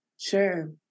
Sure